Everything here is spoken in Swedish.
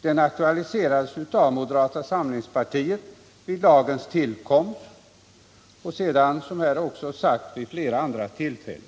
Den ak 93 tualiserades av moderata samlingspartiet vid lagens tillkomst och där-' efter, som här har sagts, vid flera andra tillfällen.